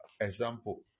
Example